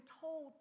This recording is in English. told